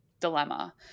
dilemma